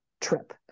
trip